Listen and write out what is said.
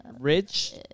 Rich